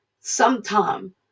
Sometime